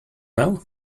now